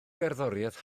gerddoriaeth